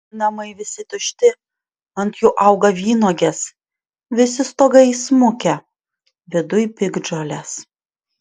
namai visi tušti ant jų auga vynuogės visi stogai įsmukę viduj piktžolės